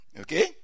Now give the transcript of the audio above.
Okay